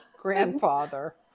grandfather